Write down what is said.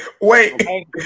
Wait